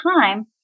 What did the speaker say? time